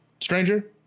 Stranger